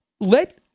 Let